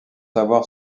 savoir